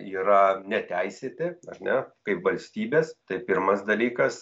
yra neteisėti ar ne kaip valstybės tai pirmas dalykas